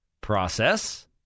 process